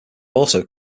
also